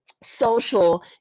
social